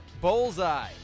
Bullseye